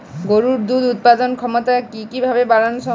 গরুর দুধ উৎপাদনের ক্ষমতা কি কি ভাবে বাড়ানো সম্ভব?